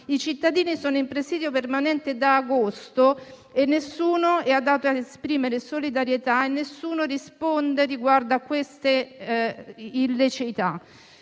I cittadini sono in presidio permanente da agosto e nessuno è andato ad esprimere loro solidarietà e nessuno risponde riguardo a queste illiceità.